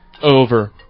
Over